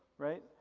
right?